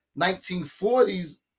1940s